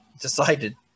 decided